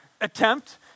attempt